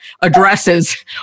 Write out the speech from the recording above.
addresses